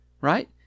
right